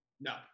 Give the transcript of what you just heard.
No